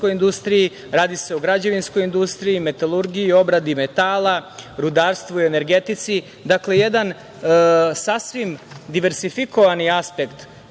radi se o građevinskoj industriji, metalurgiji, obradi metala, rudarstvu i energetici. Dakle, jedan sasvim diversifikovani aspekt